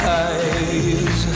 eyes